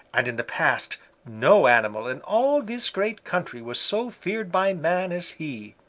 and in the past no animal in all this great country was so feared by man, as he.